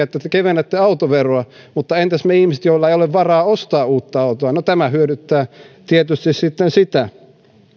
että te kevennätte autoveroa mutta entäs me ihmiset joilla ei ole varaa ostaa uutta autoa no tämä hyödyttää sitten tietysti sitä